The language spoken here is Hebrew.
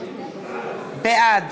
בעד